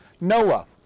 Noah